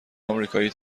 آمریکایی